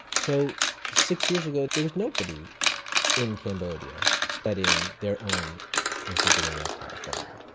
so six years ago there was nobody in cambodia studying their own amphibian and reptile fauna.